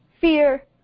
fear